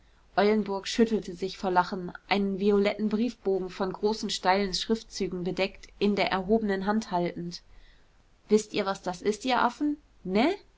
eulenburg schüttelte sich vor lachen einen violetten briefbogen von großen steilen schriftzügen bedeckt in der erhobenen hand haltend wißt ihr was das ist ihr affen ne